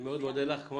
אני מודה לך כמו